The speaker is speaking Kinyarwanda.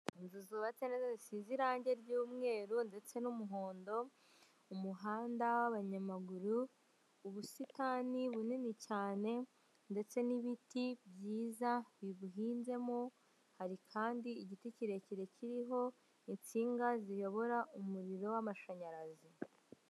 Inzu zubatse neza zisize irangi ry'umweru ndetse n'umuhondo ,mu muhanda w'abanyamaguru ubusitani bunini cyane ndetse n'ibiti byiza bibuhinzemo hari kandi igiti kirekire kiriho insinga ziyobora umuriro w'amashanyarazi.